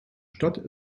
stadt